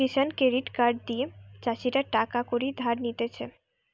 কিষান credit card দিয়ে চাষীরা টাকা কড়ি ধার নিতেছে